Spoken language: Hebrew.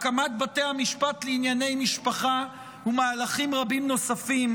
הקמת בתי המשפט לענייני משפחה ומהלכים רבים נוספים,